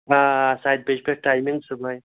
آ سَتہِ بَجہِ پٮ۪ٹھ ٹایمِنٛگ صُبحٲے